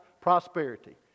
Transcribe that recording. prosperity